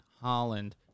holland